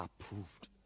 approved